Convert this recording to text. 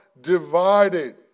divided